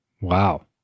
Wow